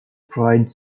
provides